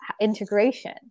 integration